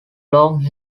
long